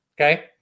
okay